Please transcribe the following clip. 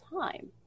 time